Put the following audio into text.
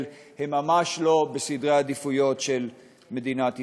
הוא ממש לא בסדר העדיפויות של מדינת ישראל.